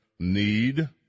need